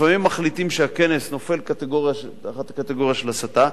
לפעמים מחליטים שהכנס נופל תחת קטגוריה של הסתה,